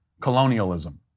colonialism